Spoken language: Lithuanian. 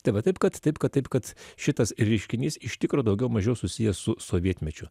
tai va taip kad taip kad taip kad šitas reiškinys iš tikro daugiau mažiau susijęs su sovietmečiu